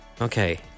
Okay